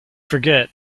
forget